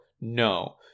no